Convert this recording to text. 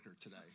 today